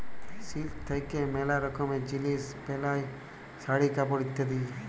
silk থাক্যে ম্যালা রকমের জিলিস বেলায় শাড়ি, কাপড় ইত্যাদি